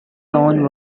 town